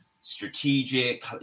strategic